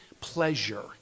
pleasure